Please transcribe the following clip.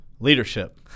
Leadership